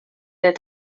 der